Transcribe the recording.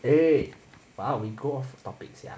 eh wait !wow! we go off topic sia